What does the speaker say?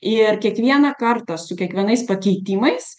ir kiekvieną kartą su kiekvienais pakeitimais